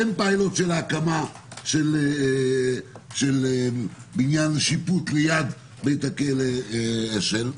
אין פילוט של הקמה של בניין שיפוט ליד בית הכלא אשל.